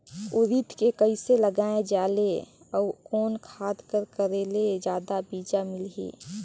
उरीद के कइसे लगाय जाले अउ कोन खाद कर करेले जादा बीजा मिलही?